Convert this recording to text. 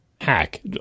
hack